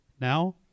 now